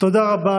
תודה רבה